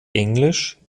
englisch